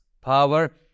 power